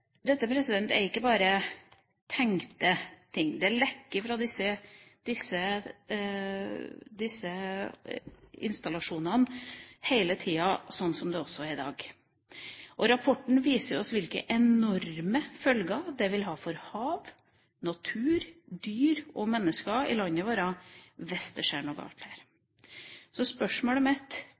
lekker fra disse installasjonene hele tida. Sånn er det også i dag. Rapporten viser oss hvilke enorme følger det vil ha for hav, natur, dyr og mennesker i landet vårt hvis det skjer noe galt her. Så